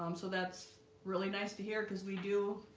um so that's really nice to hear because we do